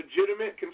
legitimate